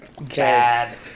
bad